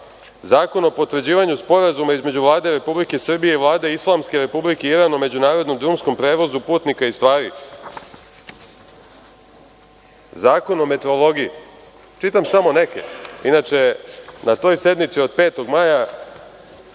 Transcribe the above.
Zakon o potvrđivanju sporazuma između Vlade Republike Srbije i Vlade Islamske Republike Iran o međunarodno drumskom prevozu putnika i stvari, Zakon o metrologiji. Čitam samo neke, inače, na toj sednici od 5. maja,